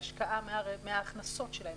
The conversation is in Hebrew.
בהשקעה מהכנסות שלהם,